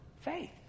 Faith